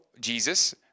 Jesus